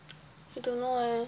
I don't know eh